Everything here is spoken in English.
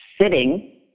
sitting